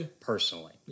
personally